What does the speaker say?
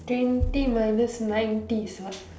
twenty minus ninety is what